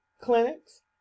clinics